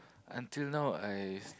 until now I